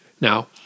Now